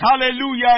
Hallelujah